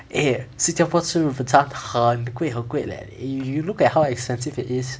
eh 新加坡吃日本餐很贵很贵 leh eh you look at how expensive it is